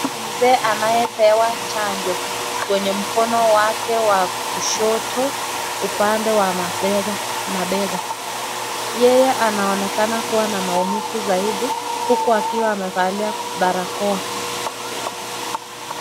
Mzee anayepewa chanjo, kwenye mkono wake wa kushoto upande wa mabega, yeye anaoenkana kuwa na maumivu zaidi huku akiwa amevalia barakoa.